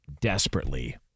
desperately